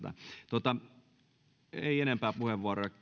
ei enempää puheenvuoroja